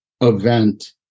event